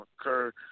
occurred